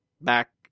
Back